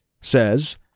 says